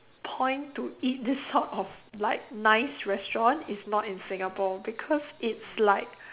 point to eat this sort of like nice restaurants is not in Singapore because it's like